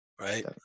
Right